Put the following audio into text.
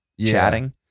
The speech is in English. chatting